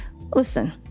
listen